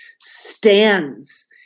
stands